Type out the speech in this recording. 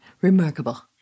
Remarkable